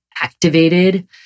activated